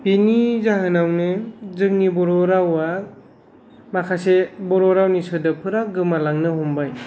बिनि जाहोनावनो जोंनि बर' रावा माखासे बर' रावनि सोदोबफोरा गोमालांनो हमबाय